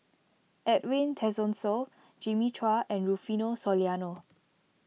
Edwin Tessensohn Jimmy Chua and Rufino Soliano